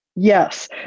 Yes